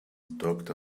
talked